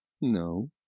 no